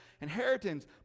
inheritance